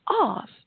off